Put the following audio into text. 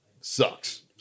sucks